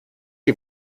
die